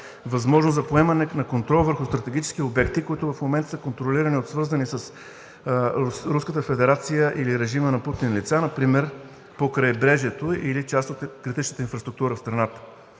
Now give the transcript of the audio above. възможност за поемане на контрол върху стратегически обекти, които в момента са контролирани от свързани с Руската федерация или режима на Путин лица, например по крайбрежието или част от критичната инфраструктура в страната.